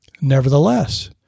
Nevertheless